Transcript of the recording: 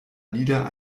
lieder